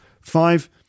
five